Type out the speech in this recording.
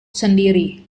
sendiri